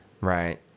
right